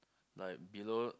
like below